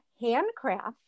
handcraft